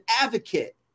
advocate